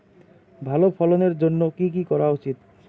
ভালো ফলনের জন্য কি কি করা উচিৎ?